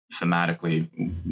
thematically